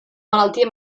malaltia